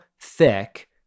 thick